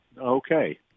Okay